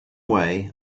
way